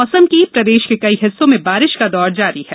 मौसम प्रदेश के कई हिस्सों में बारिश का दौर जारी है